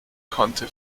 konnte